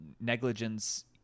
negligence